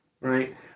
Right